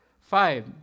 five